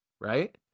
right